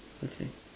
okay